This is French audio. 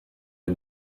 est